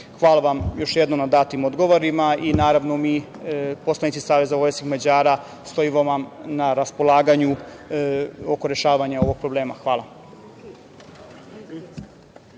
vam još jednom na datim odgovorima i naravno mi poslanici Saveza vojvođanskih Mađara stojimo vam na raspolaganju oko rešavanja ovog problema. Hvala.